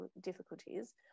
difficulties